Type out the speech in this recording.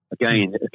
Again